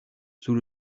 sous